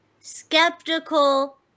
skeptical